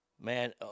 Man